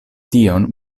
tion